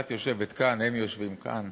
את יושבת כאן, הם יושבים כאן.